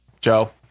Joe